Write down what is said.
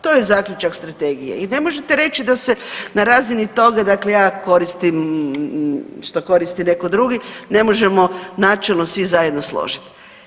To je zaključak strategije i ne možete reći da se na razini toga, dakle ja koristim što koristi neko drugi ne možemo načelno svi zajedno složiti.